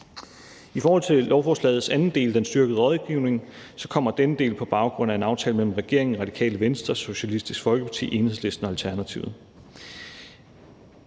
I forhold til lovforslagets anden del, den styrkede rådgivning, så kommer denne del på baggrund af en aftale mellem regeringen, Radikale Venstre, Socialistisk Folkeparti, Enhedslisten og Alternativet.